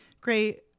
great